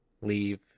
leave